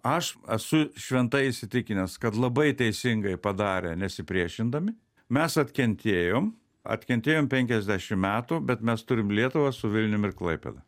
aš esu šventai įsitikinęs kad labai teisingai padarė nesipriešindami mes atkentėjom atkentėjom penkiasdešimt metų bet mes turim lietuvą su vilnium ir klaipėda